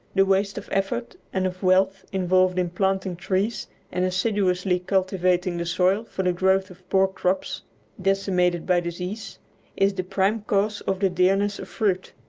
the waste of effort and of wealth involved in planting trees and assiduously cultivating the soil for the growth of poor crops decimated by disease is the prime cause of the dearness of fruit.